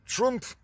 Trump